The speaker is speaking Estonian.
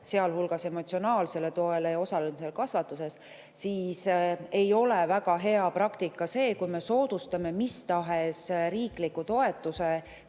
sealhulgas emotsionaalsele toele ja osalemisele kasvatuses, siis ei ole väga hea praktika see, kui me soodustame mis tahes riikliku toetuse